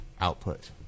output